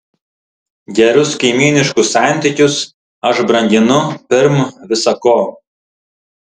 gerus kaimyniškus santykius aš branginu pirm visa ko